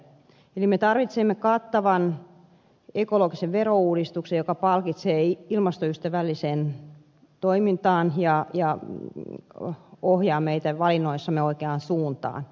eli me tarvitsemme kattavan ekologisen verouudistuksen joka palkitsee ilmastoystävällisen toiminnan ja ohjaa meitä valinnoissamme oikeaan suuntaan